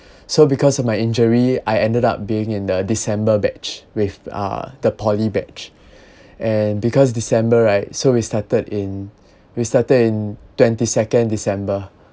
so because of my injury I ended up being in the december batch with uh the poly batch and because december right so we started in we started in twenty second december